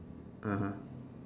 (uh huh)